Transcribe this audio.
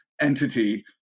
entity